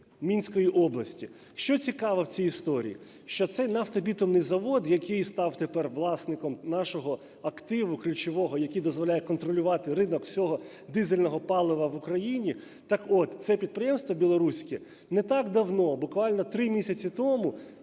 Мінської області. Що цікаво в цій історії, що цей "Нафтобітумний завод", який став тепер власником нашого активу ключового, який дозволяє контролювати ринок всього дизельного палива в Україні, так от це підприємство білоруське, не так давно, буквально 3 місяці тому,